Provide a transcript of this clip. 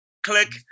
Click